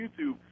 YouTube